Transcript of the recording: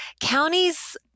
counties